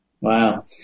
Wow